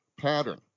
pattern